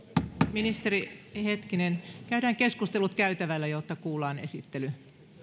ministeri hetkinen käydään keskustelut käytävällä jotta kuullaan esittely